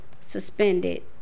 Suspended